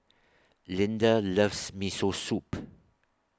Linda loves Miso Soup